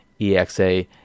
EXA